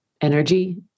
energy